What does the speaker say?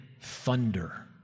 thunder